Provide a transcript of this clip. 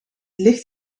licht